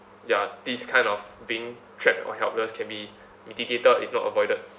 ya this kind of being trapped or helpless can be mitigated if not avoided